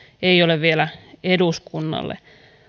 ei ole vielä eduskunnalle